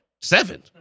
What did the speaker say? Seven